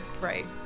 right